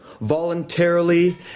voluntarily